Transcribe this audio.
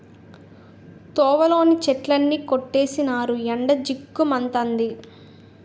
తోవలోని చెట్లన్నీ కొట్టీసినారు ఎండ జిగ్గు మంతంది